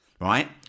right